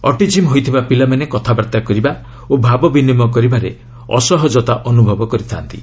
ଅଟିକିମ୍ ହୋଇଥିବା ପିଲାମାନେ କଥାବାର୍ତ୍ତା କରିବା ଓ ଭାବ ବିନିମୟ କରିବାରେ ଅସହଜତା ଅନୁଭବ କରିଥା'ନ୍ତି